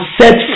set